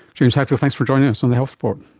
james hadfield, thanks for joining us on the health report.